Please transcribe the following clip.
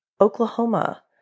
Oklahoma